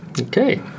Okay